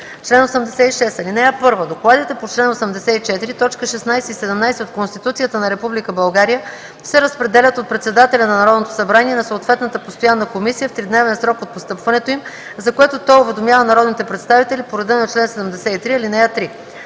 чл. 86: „Чл. 86. (1) Докладите по чл. 84, т. 16 и 17 от Конституцията на Република България се разпределят от председателя на Народното събрание на съответната постоянна комисия в тридневен срок от постъпването им, за което той уведомява народните представители по реда на чл. 73, ал. 3.